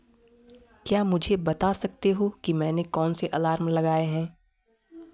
क्या मुझे बता सकते हो कि मैंने कौन से अलार्म लगाएँ हैं